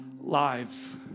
lives